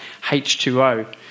H2O